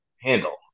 handle